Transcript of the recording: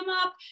up